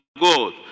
God